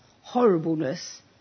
horribleness